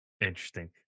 Interesting